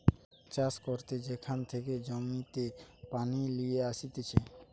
চাষ করতে যেখান থেকে জমিতে পানি লিয়ে আসতিছে